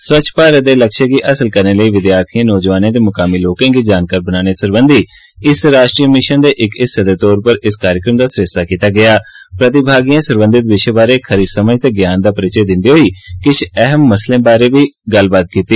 स्वच्छ भारत दे लक्ष्य गी हासल करने लेई विद्यार्थिएं नौजवानें ते मुकामी लोकें गी जानकार बनाने सरबंधी राष्ट्री मिशन दे इक हिस्से दे तौर उप्पर इस कार्यक्रम दा आयोजन कीता गेआ प्रतिभागिएं सरबंघत विशे बारै खरी समझ ते ज्ञान दा परिचय दिंदे होई किश अहम मसले उजागर कीते